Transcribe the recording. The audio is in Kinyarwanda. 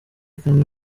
kamwe